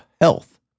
health